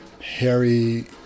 Harry